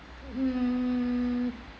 um